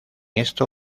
esto